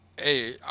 Hey